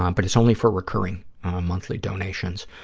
um but it's only for recurring monthly donations.